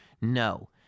No